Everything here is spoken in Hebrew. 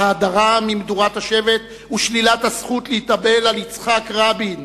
ההדרה ממדורת השבט ושלילת הזכות להתאבל על רצח יצחק רבין,